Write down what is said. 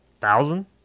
thousand